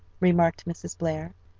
remarked mrs. blair.